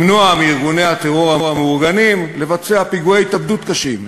למנוע מארגוני הטרור המאורגנים לבצע פיגועי התאבדות קשים.